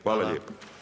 Hvala lijepo.